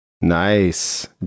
nice